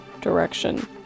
direction